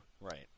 Right